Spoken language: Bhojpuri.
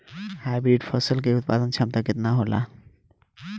हाइब्रिड फसल क उत्पादन क्षमता केतना होला?